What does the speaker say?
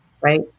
right